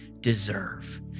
deserve